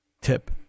tip